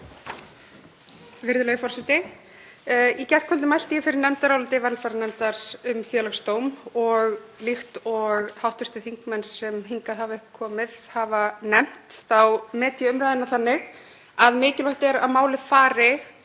Virðulegi forseti. Í gærkvöldi mælti ég fyrir nefndaráliti velferðarnefndar um Félagsdóm. Líkt og hv. þingmenn sem hingað hafa komið hafa nefnt þá met ég umræðuna þannig að mikilvægt sé að málið fari